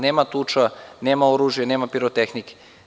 Nema tuča, nema oružja, nema pirotehnike.